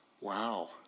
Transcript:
Wow